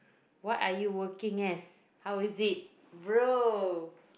what are you working as how is it bro